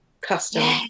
custom